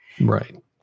Right